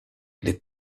les